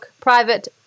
private